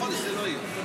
חודש זה לא יהיה.